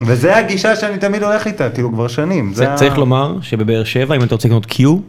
וזה הגישה שאני תמיד הולך איתה כאילו כבר שנים זה צריך לומר שבבאר שבע אם אתה רוצה לקנות קיו.